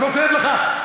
זה לא כואב לך?